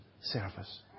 service